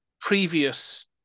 previous